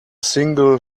single